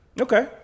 Okay